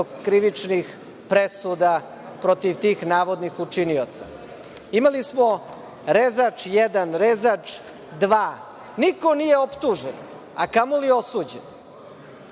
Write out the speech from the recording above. krivičnih presuda protiv tih navodnih učinioca. Imali smo rezač jedan, rezač dva, niko nije optužen, a kamoli osuđen.